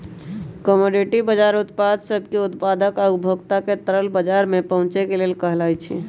commodity बजार उत्पाद सब के उत्पादक आ उपभोक्ता के तरल बजार में पहुचे के लेल कहलाई छई